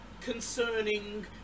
concerning